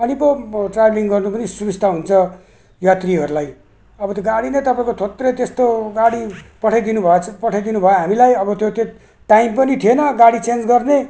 अनि पो ट्राभेलिङ गर्नु पनि सुविस्ता हुन्छ यात्रीहरूलाई अब त गाडी नै तपाईँको थोत्रे त्यस्तो गाडी पठाइदिनु भएको छ पठाइदिनु भयो हामीलाई अब त्यो त्यति टाइम पनि थिएन गाडी चेन्ज गर्ने